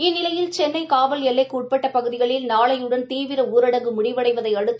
இந்நிலையில் சென்ளை காவல் எல்லைக்கு உட்பட்ட பகுதிகளில் நாளையுடன் தீவிர ஊரடங்கு முடிவடைவதை அடுத்து